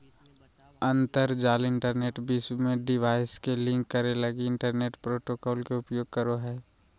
अंतरजाल इंटरनेट विश्व में डिवाइस के लिंक करे लगी इंटरनेट प्रोटोकॉल के उपयोग करो हइ